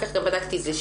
אחר-כך גם בדקתי את זה,